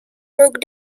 broke